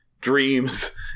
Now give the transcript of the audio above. dreams